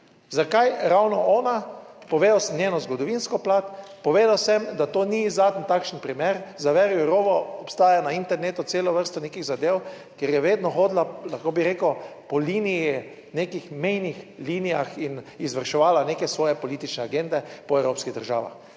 Zakaj ravno ona? Povedal sem njeno zgodovinsko plat. Povedal sem, da to ni zadnji takšen primer. Za Vero Jourovo obstaja na internetu celo vrsto nekih zadev, ker je vedno hodila, lahko bi rekel, po liniji, nekih mejnih linijah in izvrševala neke svoje politične agende po evropskih državah.